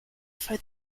for